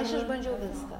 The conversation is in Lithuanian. aš išbandžiau viską